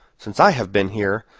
since i have been here,